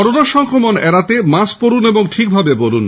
corona সংক্রমণ এড়াতে mask পরুন ও ঠিক ভাবে পরুন